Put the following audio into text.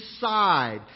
side